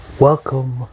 Welcome